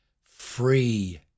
Free